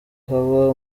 haba